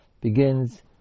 begins